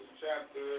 chapter